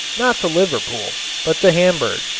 not to liverpool, but to hamburg,